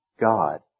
God